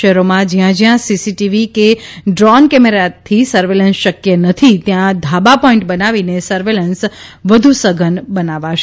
શહેરોમાં જ્યાંજ્યાં સીસીટીવી કે ડ્રોન કેમેરાથી સર્વેલન્સ શક્ય નથી ત્યાં ધાબા પોઇન્ટ બનાવીને સર્વેલન્સ વધુ સધન બનાવાશે